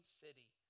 city